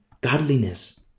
Godliness